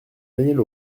danielle